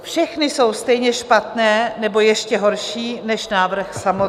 Všechny jsou stejně špatné nebo ještě horší než návrh samotný.